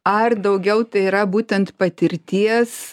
ar daugiau tai yra būtent patirties